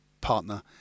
partner